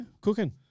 cooking